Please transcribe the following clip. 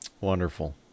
Wonderful